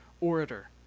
orator